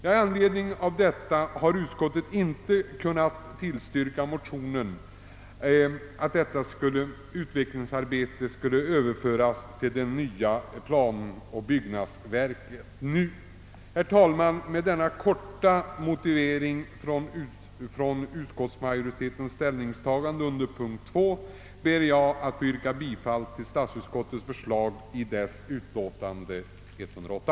Av dessa skäl har utskottet inte kunnat tillstyrka motionen om att utvecklingsarbetet nu skall överföras till det nya planoch byggnadsverket. Med denna korta motivering för majoritetens ställningstagande under punkten II ber jag, herr talman, att få yrka bifall till statsutskottets hemställan i dess utlåtande nr 108.